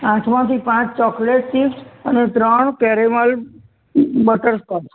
આઠમાંથી પાંચ chocolate chips અને ત્રણ કેરેમલ બટરસ્કોચ